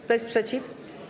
Kto jest przeciw?